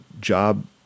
job